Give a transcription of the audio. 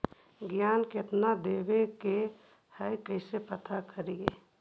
ऋण कितना देवे के है कैसे पता करी?